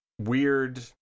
weird